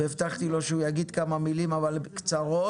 והבטחתי לו שהוא יגיד כמה מילים אבל קצרות.